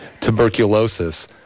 tuberculosis